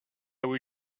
was